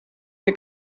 wir